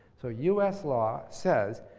so, u s. law says,